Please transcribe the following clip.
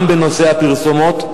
גם בנושא הפרסומות,